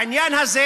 העניין הזה